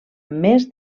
més